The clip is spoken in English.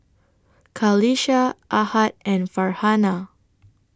Qalisha Ahad and Farhanah